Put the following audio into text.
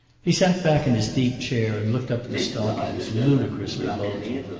he sat back in his deep chair, and looked up at the stockings, ludicrously bulging.